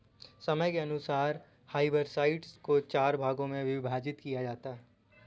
समय के अनुसार हर्बिसाइड्स को चार भागों मे विभाजित किया है